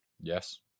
Yes